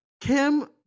Kim